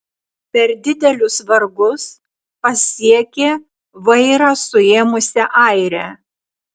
per didelius vargus pasiekė vairą suėmusią airę